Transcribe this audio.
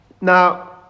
Now